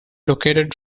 located